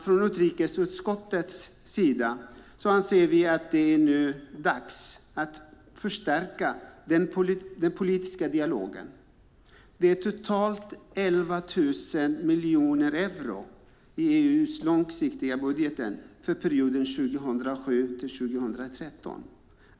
Från utrikesutskottets sida anser vi att det nu är dags att förstärka den politiska dialogen. Det är totalt 11 000 miljoner euro i EU:s långsiktiga budget, den för perioden 2007-2013.